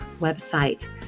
website